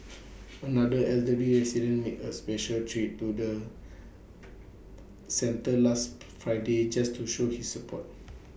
another elderly resident made A special trip to the centre last Friday just to show she support